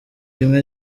rimwe